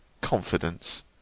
confidence